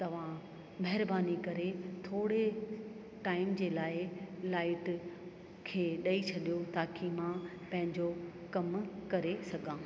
तव्हां महिरबानी करे थोरे टाइम जे लाइ लाइट खे ॾेई छॾो ताकी मां पंहिंजो कमु करे सघां